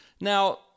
Now